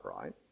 right